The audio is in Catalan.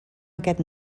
aquest